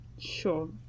sure